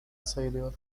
sayılıyor